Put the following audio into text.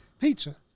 pizza